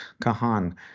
Kahan